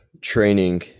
training